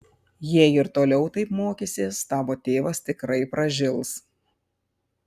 jei ir toliau taip mokysies tavo tėvas tikrai pražils